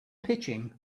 pitching